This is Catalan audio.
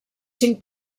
cinc